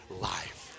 life